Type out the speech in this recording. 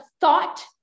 thought